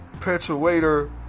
perpetuator